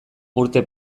urte